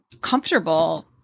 comfortable